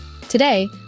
Today